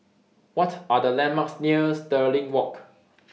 What Are The landmarks near Stirling Walk